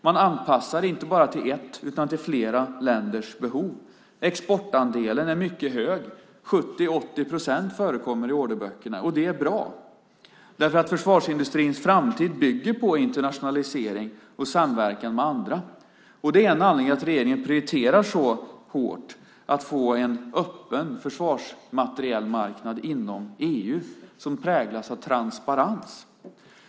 Man anpassar inte bara till ett utan till flera länders behov. Exportandelen är mycket hög. 70-80 procent förekommer i orderböckerna. Det är bra därför att försvarsindustrins framtid bygger på internationalisering och samverkan med andra. Och det är en anledning till att regeringen så hårt prioriterar att få en öppen försvarsmaterielmarknad inom EU som präglas av transparens.